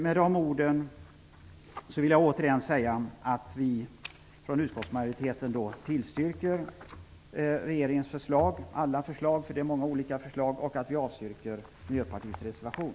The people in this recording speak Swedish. Med de orden vill jag återigen säga att vi från utskottsmajoritetens sida tillstyrker regeringens alla förslag - det är fråga om många olika förslag - och att vi avstyrker Miljöpartiets reservation.